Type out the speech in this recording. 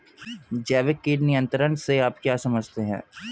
जैविक कीट नियंत्रण से आप क्या समझते हैं?